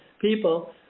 people